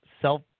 self